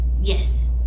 Yes